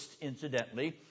incidentally